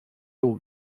you